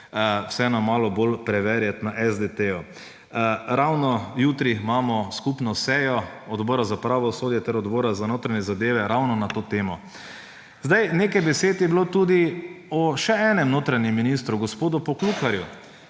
malo bolj preverjati na SDT. Ravno jutri imamo skupno sejo Odbora za pravosodje ter Odbora za notranje zadeve ravno na to temo. Nekaj besed je bilo tudi o še enem notranjem ministru, gospodu Poklukarju.